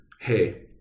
hey